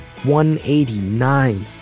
189